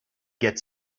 get